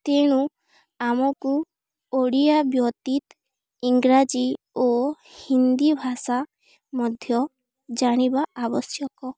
ତେଣୁ ଆମକୁ ଓଡ଼ିଆ ବ୍ୟତୀତ ଇଂରାଜୀ ଓ ହିନ୍ଦୀ ଭାଷା ମଧ୍ୟ ଜାଣିବା ଆବଶ୍ୟକ